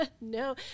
No